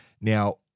Now